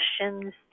questions